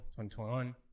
2021